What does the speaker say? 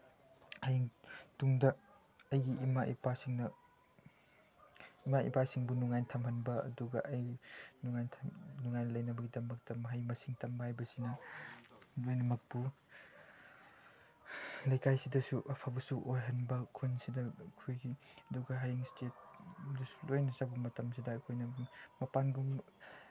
ꯍꯌꯦꯡ ꯇꯨꯡꯗ ꯑꯩꯒꯤ ꯏꯃꯥ ꯏꯄꯥꯁꯤꯡꯅ ꯏꯃꯥ ꯏꯄꯥꯁꯤꯡꯕꯨ ꯅꯨꯡꯉꯥꯏꯅ ꯊꯝꯍꯟꯕ ꯑꯗꯨꯒ ꯑꯩ ꯅꯨꯡꯉꯥꯏ ꯅꯨꯡꯉꯥꯏꯅ ꯂꯩꯅꯕꯒꯤꯗꯃꯛꯇ ꯃꯍꯩ ꯃꯁꯤꯡ ꯇꯝꯕ ꯍꯥꯏꯕꯁꯤꯅ ꯂꯣꯏꯅꯃꯛꯄꯨ ꯂꯩꯀꯥꯏꯁꯤꯗꯁꯨ ꯑꯐꯕꯁꯨ ꯑꯣꯏꯍꯟꯕ ꯈꯨꯟꯁꯤꯗ ꯑꯩꯈꯣꯏꯒꯤ ꯑꯗꯨꯒ ꯍꯌꯦꯡ ꯁ꯭ꯇꯦꯠꯇꯁꯨ ꯂꯣꯏꯅ ꯆꯪꯕ ꯃꯇꯝꯁꯤꯗ ꯑꯩꯈꯣꯏꯅ ꯃꯄꯥꯟꯒꯨꯝꯕ